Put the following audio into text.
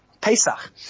Pesach